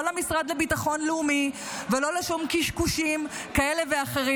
לא למשרד לביטחון לאומי ולא לשום קשקושים כאלה ואחרים.